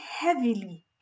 heavily